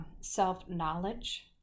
self-knowledge